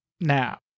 now